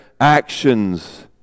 actions